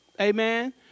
Amen